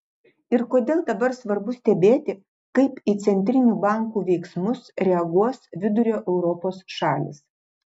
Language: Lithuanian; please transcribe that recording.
ir kodėl dabar svarbu stebėti kaip į centrinių bankų veiksmus reaguos vidurio europos šalys